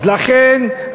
לכן,